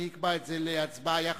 אני אקבע את זה להצבעה יחד,